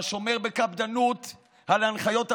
השומר בקפדנות על הנחיות הבריאות.